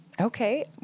Okay